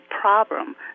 problem